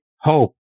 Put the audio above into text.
Hope